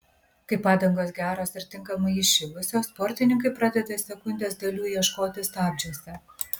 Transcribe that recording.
kai padangos geros ir tinkamai įšilusios sportininkai pradeda sekundės dalių ieškoti stabdžiuose